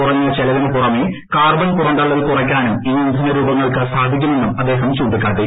കുറഞ്ഞ ചെലവിനു പുറമേ കാർബൺ പുറന്തള്ളൽ കുറയ്ക്കാനും ഈ ഇന്ധന രൂപങ്ങൾക്ക് സാധിക്കുമെന്നും അദ്ദേഹം ചൂണ്ടിക്കാട്ടി